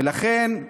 ולכן,